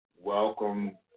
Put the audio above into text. welcome